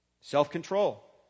Self-control